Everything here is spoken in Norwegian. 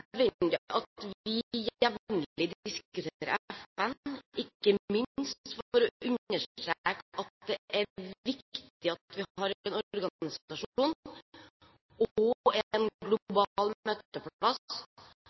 diskuterer FN, ikke minst for å understreke at det er viktig at vi har en organisasjon og en global møteplass som på en